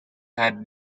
had